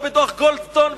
לא בדוח גולדסטון,